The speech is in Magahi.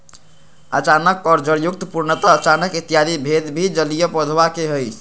अचानक और जड़युक्त, पूर्णतः अचानक इत्यादि भेद भी जलीय पौधवा के हई